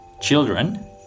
children